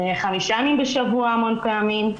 חמישה ימים בשבוע המון פעמים,